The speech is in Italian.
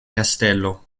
castello